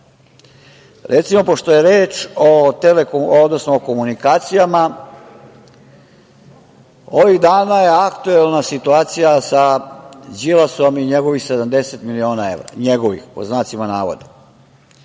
vrati. Pošto je reč o komunikacijama, ovih dana je aktuelna situacija sa Đilasom i njegovih 70 miliona evra njegovih, pod znacima navoda.